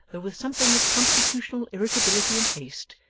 though with something of constitutional irritability and haste,